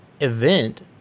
event